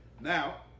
Now